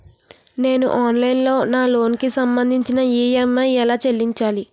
నేను ఆన్లైన్ లో నా లోన్ కి సంభందించి ఈ.ఎం.ఐ ఎలా చెల్లించాలి?